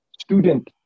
student